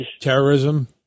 Terrorism